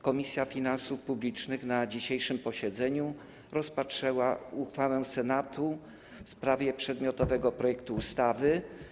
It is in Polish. Komisja Finansów Publicznych na dzisiejszym posiedzeniu rozpatrzyła uchwałę Senatu w sprawie przedmiotowej ustawy.